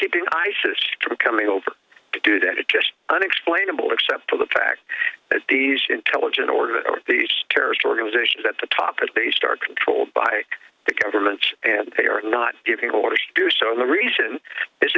keeping isis to coming over to do that it just unexplainable except for the fact that these intelligent order these terrorist organizations at the top is based are controlled by the governments and they are not giving orders to do so and the reason is